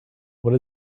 what